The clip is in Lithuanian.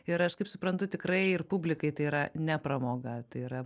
ir aš kaip suprantu tikrai ir publikai tai yra ne pramoga tai yra